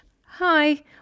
Hi